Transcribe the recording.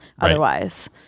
otherwise